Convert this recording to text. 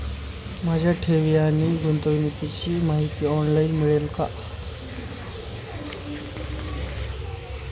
माझ्या ठेवी आणि गुंतवणुकीची माहिती ऑनलाइन मिळेल का?